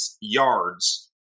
yards